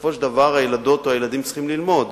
בסופו של דבר הילדות או הילדים צריכים ללמוד.